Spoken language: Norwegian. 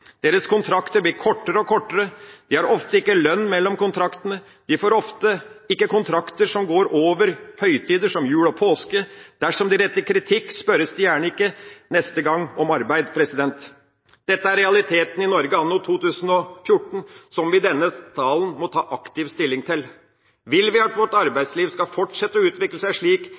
Deres kontrakter blir kortere og kortere. De har ofte ikke lønn mellom kontraktene. De får ofte ikke kontrakter som går over høytider som jul og påske. Dersom de retter kritikk, spørres de gjerne ikke neste gang om å arbeide. Dette er realiteten i Norge anno 2014, som vi i denne salen aktivt må ta stilling til. Vil vi at vårt arbeidsliv skal fortsette å utvikle seg slik,